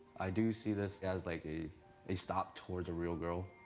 i do see this as, like, a a stop towards a real girl,